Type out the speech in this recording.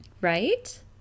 Right